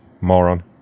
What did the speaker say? Moron